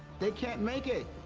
they can't make it!